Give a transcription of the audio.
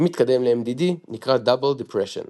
אם מתקדם לMDD נקרא Double depression.